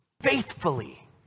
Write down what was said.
faithfully